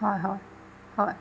हय हय हय